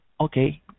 Okay